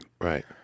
Right